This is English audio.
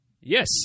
Yes